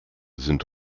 sind